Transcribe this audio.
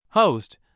Host